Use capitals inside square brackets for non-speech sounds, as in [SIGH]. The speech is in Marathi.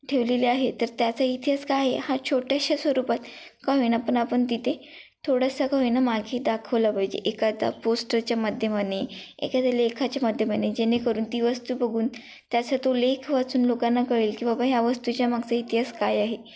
ठेवलेले आहे तर त्याचा इतिहास काय आहे हा छोट्याशा स्वरूपात का होईना पण आपण तिथे थोडासा को होईना [UNINTELLIGIBLE] दाखवला पाहिजे एखादा पोस्टरच्या माध्यमाने एखाद्या लेखाच्या माध्यमाने जेणेकरून ती वस्तू बघून त्याचा तो लेख वाचून लोकांना कळेल की बाबा ह्या वस्तूच्या मागचा इतिहास काय आहे